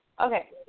Okay